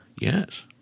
Yes